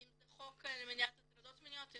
אם זה חוק למניעת הטרדות מיניות או